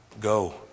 Go